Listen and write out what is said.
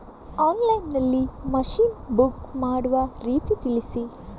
Online ನಲ್ಲಿ machine book ಮಾಡುವ ರೀತಿ ತಿಳಿಸಿ?